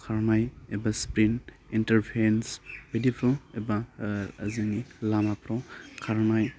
खालामनाय एबा स्प्रेइन इन्टारफेस बिदिखौ एबा जोंनि लामाफ्राव खारनाय